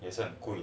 可是很不容易